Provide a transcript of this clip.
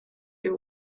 you